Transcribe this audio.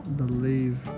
believe